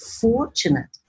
fortunate